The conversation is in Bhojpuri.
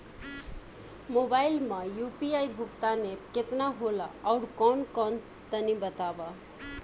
मोबाइल म यू.पी.आई भुगतान एप केतना होला आउरकौन कौन तनि बतावा?